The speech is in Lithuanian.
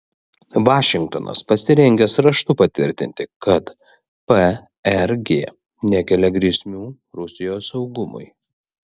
vašingtonas pasirengęs raštu patvirtinti kad prg nekelia grėsmės rusijos saugumui